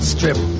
Strip